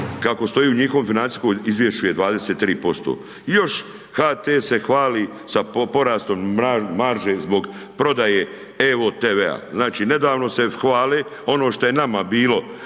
kako stoji u njihovom financijskom izvješću je 23%. I još HT se hvali sa porastom marže zbog prodaje EVO TV-a, znači nedavno se hvali, ono što je nama bilo